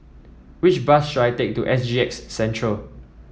which bus should I take to S G X central